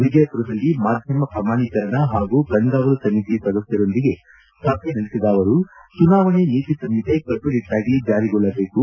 ವಿಜಯಪುರದಲ್ಲಿ ಮಾಧ್ಯಮ ಪ್ರಮಾಣೀಕರಣ ಹಾಗೂ ಕಣ್ಗಾವಲು ಸಮಿತಿ ಸದಸ್ಯರೊಂದಿಗೆ ಸಭೆ ನಡೆಸಿದ ಅವರು ಚುನಾವಣೆ ನೀತಿ ಸಂಹಿತೆ ಕಟ್ಟನಿಟ್ಟಾಗಿ ಜಾರಿಗೊಳ್ಳಬೇಕು